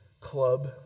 club